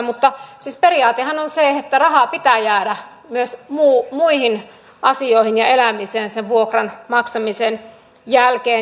siis periaatehan on se että rahaa pitää jäädä myös muihin asioihin ja elämiseen sen vuokran maksamisen jälkeen